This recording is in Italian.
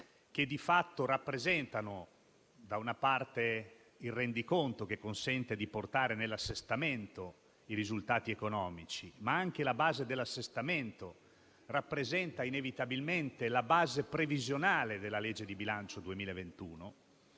Se a questo affianchiamo il fatto che il rendiconto, che consente di portare nell'assestamento i risultati economici, ma anche la base dell'assestamento rappresentano inevitabilmente la base previsionale della legge di bilancio 2021,